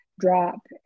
drop